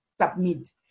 submit